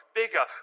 bigger